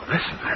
Listen